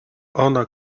ona